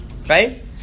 Right